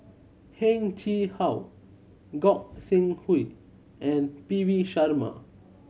Heng Chee How Gog Sing Hooi and P V Sharma